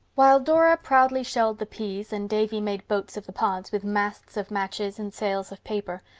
while dora proudly shelled the peas and davy made boats of the pods, with masts of matches and sails of paper,